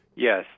Yes